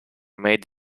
made